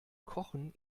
kochen